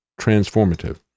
transformative